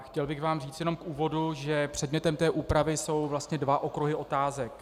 Chtěl bych vám jen říci v úvodu, že předmětem té úpravy jsou vlastně dva okruhy otázek.